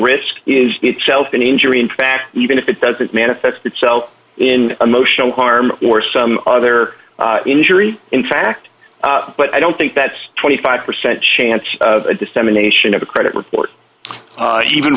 risk is itself an injury in combat even if it doesn't manifest itself in emotional harm or some other injury in fact but i don't think that's twenty five percent chance dissemination of a credit report even